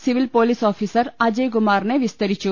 civil police officer അജയ്കു മാറിനെ വിസ്തരിച്ചു